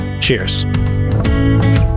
Cheers